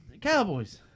Cowboys